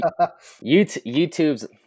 YouTube's